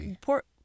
Port